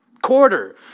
quarter